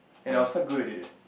and I was quite good at it leh